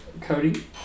Cody